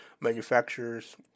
manufacturers